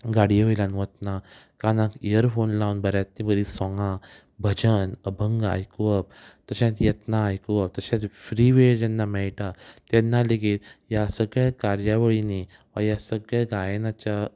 गाडयेन वतना कानाक इयरफोन लावन बऱ्यांतलीं बरीं सोंगां भजन अभंग आयकप तशेंच येत्नां आयकप तशेंच फ्री वेळ जेन्ना मेळटा तेन्ना लेगीत ह्या सगळ्या कार्यावळींनी वा ह्या सगळ्या गायनाच्या